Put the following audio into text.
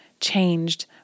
changed